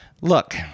Look